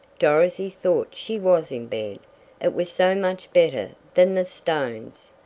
dorothy thought she was in bed it was so much better than the stones,